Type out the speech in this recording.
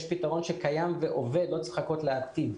יש פתרון שקיים ועובד, לא צריך לחכות לעתיד.